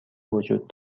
وجود